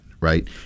Right